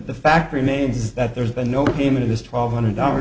the fact remains that there's been no payment is twelve hundred dollars